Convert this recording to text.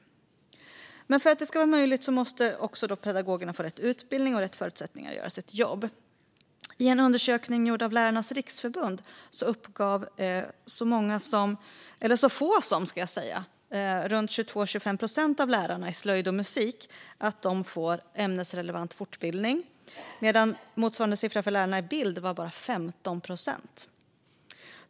För att detta ska vara möjligt måste pedagogerna få rätt utbildning och rätt förutsättningar att göra sitt jobb. I en undersökning gjord av Lärarnas Riksförbund uppgav så få som 22-25 procent av lärarna i slöjd och musik att de får ämnesrelevant fortbildning. Motsvarande siffra för lärarna i bild var bara 15 procent.